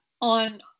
on